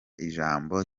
ijambo